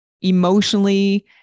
emotionally